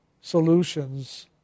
solutions